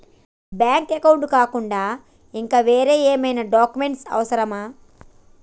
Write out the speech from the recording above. Bank account కాకుండా ఇంకా వేరే ఏమైనా డాక్యుమెంట్స్ అవసరమా?